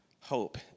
Hope